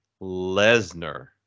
Lesnar